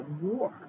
war